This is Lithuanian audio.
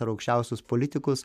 ar aukščiausius politikus